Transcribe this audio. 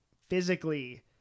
physically